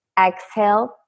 Exhale